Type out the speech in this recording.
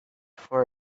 for